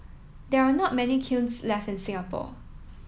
there are not many kilns left in Singapore